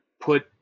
put